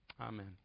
Amen